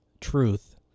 truth